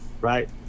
right